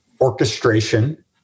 orchestration